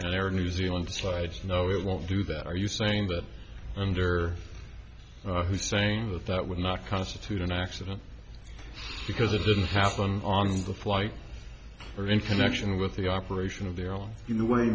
their new zealand sides know it won't do that are you saying that under our who's saying that that would not constitute an accident because it didn't happen on the flight or in connection with the operation of their own you know w